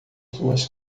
suas